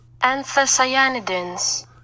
anthocyanidins